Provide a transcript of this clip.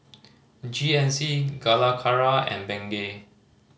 G N C Calacara and Bengay